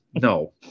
no